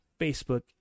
Facebook